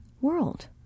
world